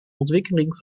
ontwikkeling